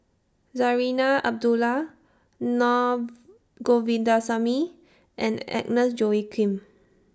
Zarinah Abdullah Na Govindasamy and Agnes Joaquim